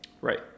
Right